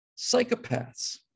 psychopaths